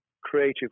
creative